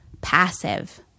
passive